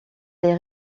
les